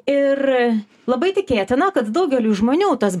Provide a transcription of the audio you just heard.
ir labai tikėtina kad daugeliui žmonių tas